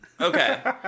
Okay